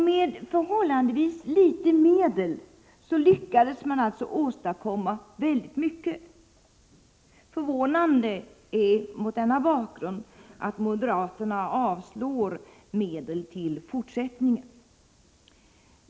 Med förhållandevis litet medel lyckades man alltså åstadkomma väldigt mycket. Det är därför förvånande att moderaterna avstyrker medel till fortsättningen.